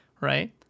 right